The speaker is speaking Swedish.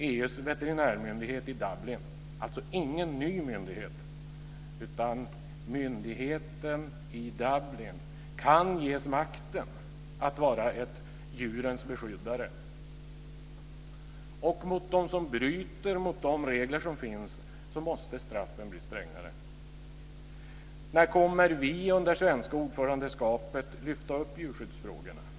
EU:s veterinärmyndighet i Dublin, som alltså inte är någon ny myndighet, kan ges makten att vara en djurens beskyddare. Och för dem som bryter mot de regler som finns måste straffen bli strängare. När kommer vi under det svenska ordförandeskapet att lyfta upp djurskyddsfrågorna?